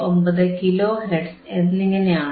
59 kilohertz എന്നിങ്ങനെയാണ്